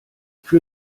für